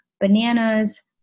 bananas